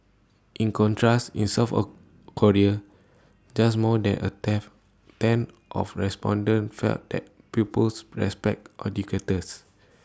in contrast in south Korea just more than A tenth of respondents felt that pupils respect educators